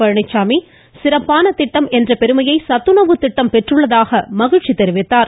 பழனிச்சாமி சிறப்பான திட்டம் என்ற பெருமையை சத்துணவு திட்டம் பெற்றுள்ளதாக மகிழ்ச்சி தெரிவித்தார்